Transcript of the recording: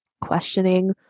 questioning